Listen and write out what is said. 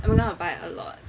I'm gonna buy a lot